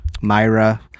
Myra